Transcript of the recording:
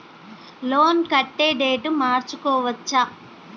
Loan కట్టే date మార్చుకోవచ్చా?